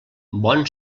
bon